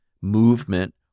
movement